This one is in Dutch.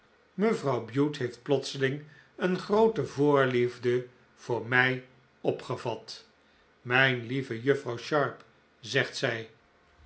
mevrouw bute heeft plotseling een groote voorliefde voor mij opgevat mijn lieve juffrouw sharp zegt zij